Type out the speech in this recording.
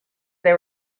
they